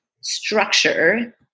structure